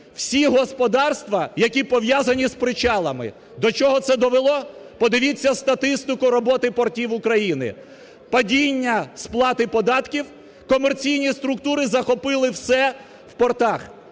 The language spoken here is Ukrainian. всі господарства, які пов'язані з причалами. До чого це довело? Подивіться статистику роботи портів України. Падіння сплати податків, комерційні структури захопили все в портах,